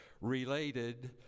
related